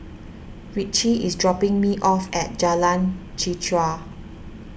Ritchie is dropping me off at Jalan Chichau